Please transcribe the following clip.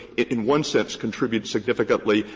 in one sense, contribute significantly,